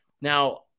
Now